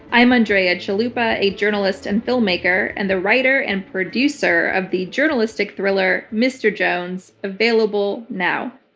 i'm andrea chalupa, a journalist and filmmaker, and the writer and producer of the journalistic thriller, mr. jones, available now.